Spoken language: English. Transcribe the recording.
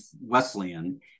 Wesleyan